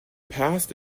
passed